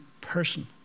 person